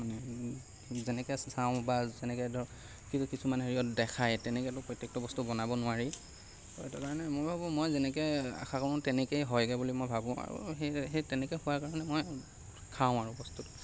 মানে যেনেকৈ আছে চাওঁ বা যেনেকৈ ধৰক কিন্তু কিছুমান হেৰিত দেখায় তেনেকৈতো প্ৰত্যেকটো বস্তু বনাব নোৱাৰি সেইটো কাৰণে মই ভাবোঁ মই যেনেকৈ আশা কৰোঁ তেনেকৈয়ে হয়গৈ বুলি মই ভাবোঁ আৰু সেই সেই তেনেকৈ হোৱাৰ কাৰণে মই খাওঁ আৰু বস্তুটো